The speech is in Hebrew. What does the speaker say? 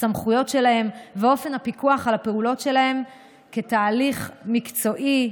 הסמכויות שלהם ואופן הפיקוח על הפעולות שלהם כתהליך מקצועי,